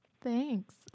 Thanks